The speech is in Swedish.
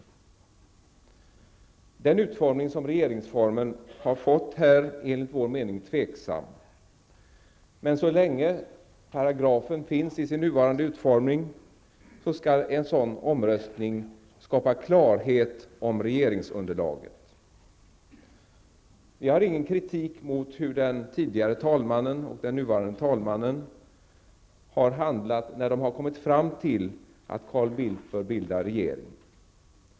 Vi är tveksamma till den utformning som regeringsformen här har fått. Men så länge paragrafen finns i sin nuvarande utformning skall en sådan omröstning skapa klarhet om regeringsunderlaget. Vi har ingen kritik mot hur den tidigare talmannen och den nuvarande talmannen har handlat när de har kommit fram till att Carl Bildt bör bilda regering.